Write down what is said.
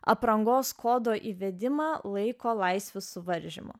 aprangos kodo įvedimą laiko laisvių suvaržymo